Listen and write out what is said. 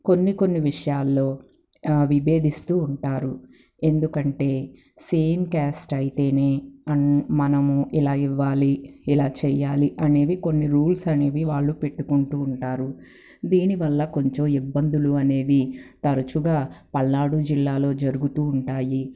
కొన్ని కొన్ని విషయాల్లో విభేదిస్తూ ఉంటారు ఎందుకంటే సేమ్ క్యాస్ట్ అయితేనే అన్ మనము ఇలా ఇవ్వాలి ఇలా చేయ్యాలి అనేవి కొన్ని రూల్స్ అనేవి వాళ్ళు పెట్టుకుంటూ ఉంటారు దీని వల్ల కొంచెం ఇబ్బందులు అనేవి తరచుగా పల్నాడు జిల్లాలో జరుగుతూ ఉంటాయి